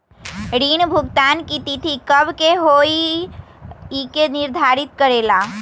ऋण भुगतान की तिथि कव के होई इ के निर्धारित करेला?